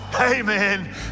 amen